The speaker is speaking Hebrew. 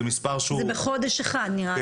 זה מספר שהוא --- זה בחודש אחד נראה לי.